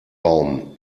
baum